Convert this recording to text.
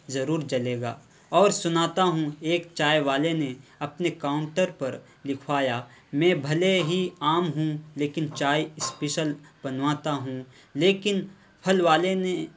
ضرور جلے گا اور سناتا ہوں ایک چائے والے نے اپنے کاؤنٹر پر لکھوایا میں بھلے ہی عام ہوں لیکن چائے اسپیشل بناتا ہوں لیکن پھل والے نے